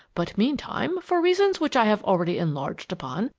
but meantime, for reasons which i have already enlarged upon,